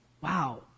Wow